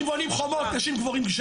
גברים בונים חומות, נשים --- גשרים.